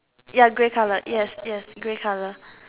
ya grey colour yes yes grey colour